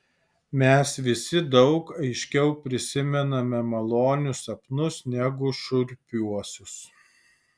mes visi daug aiškiau prisimename malonius sapnus negu šiurpiuosius